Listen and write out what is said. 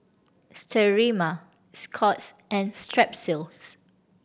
Sterimar Scott's and Strepsils